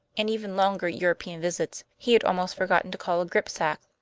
and even longer european visits, he had almost forgotten to call a gripsack.